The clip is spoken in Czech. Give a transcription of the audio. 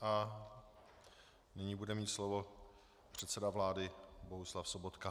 A nyní bude mít slovo předseda vlády Bohuslav Sobotka.